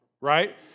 right